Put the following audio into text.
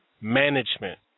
management